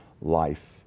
life